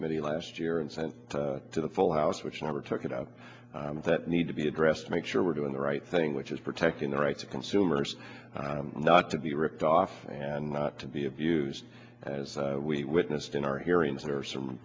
committee last year and sent to the full house which never took it up that need to be addressed to make sure we're doing the right thing which is protecting the rights of consumers not to be ripped off and not to be abused as we witnessed in our hearings